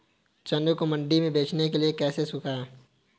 चने को मंडी में बेचने के लिए कैसे सुखाएँ?